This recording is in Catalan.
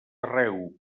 arreu